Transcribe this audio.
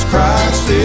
Christ